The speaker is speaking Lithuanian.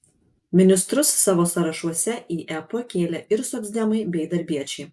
ministrus savo sąrašuose į ep kėlė ir socdemai bei darbiečiai